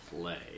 play